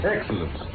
Excellent